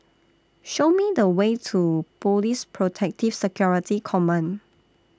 Show Me The Way to Police Protective Security Command